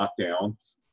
lockdown